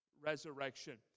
resurrection